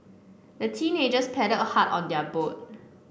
the teenagers paddled hard on their boat